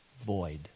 void